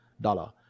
dollar